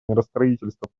миростроительства